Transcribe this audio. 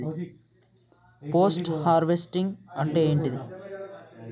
Post harvesting అంటే ఏంటిది?